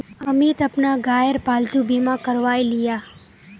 अमित अपना गायेर पालतू बीमा करवाएं लियाः